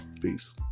Peace